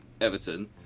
Everton